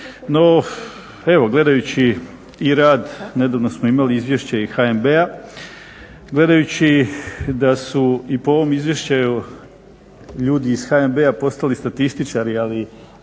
No, evo gledajući i rad nedavno smo imali Izvješće i HNB-a, gledajući da su i po ovom izvješću ljudi iz HNB-a postali statističari ali